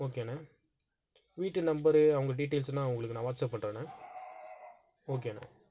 ஓகேண்ணா வீட்டு நம்பரு அவங்க டீட்டெயில்ஸு நான் உங்களுக்கு நான் வாட்ஸ்அப் பண்றண்ணா ஓகேண்ணா